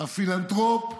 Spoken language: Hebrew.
הפילנתרופ,